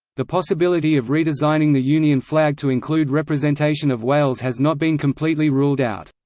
the possibility of redesigning the union flag to include representation of wales has not been completely ruled out.